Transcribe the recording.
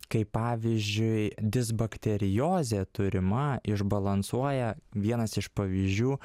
kaip pavyzdžiui disbakteriozė turima išbalansuoja vienas iš pavyzdžių